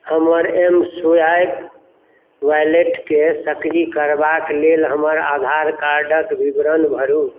हमर M swipe वैलेटकेँ सक्रिय करबाक लेल हमर आधारकार्डक विवरण भरू